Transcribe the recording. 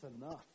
enough